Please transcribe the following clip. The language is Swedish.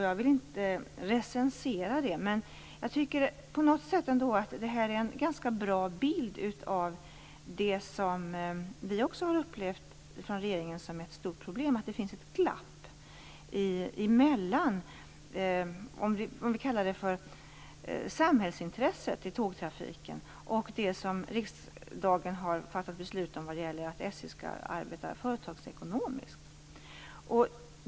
Jag vill inte recensera det, men på något sätt är detta ändå en ganska bra bild av det som också vi från regeringen har upplevt som ett stort problem: Det finns ett glapp mellan "samhällsintresset" i tågtrafiken och det som riksdagen har beslutat när det gäller att SJ skall arbeta företagsekonomiskt.